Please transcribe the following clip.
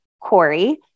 Corey